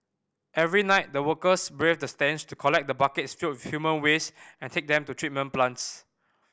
every night the workers braved the stench to collect the buckets filled with human waste and take them to treatment plants